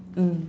mm